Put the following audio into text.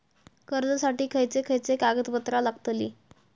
कर्जासाठी खयचे खयचे कागदपत्रा लागतली?